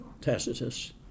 Tacitus